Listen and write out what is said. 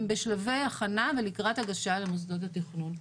בשלבי הכנה ולקראת הגשה למוסדות התכנון.